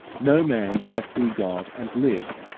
no man shall see god and live